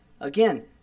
Again